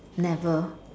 never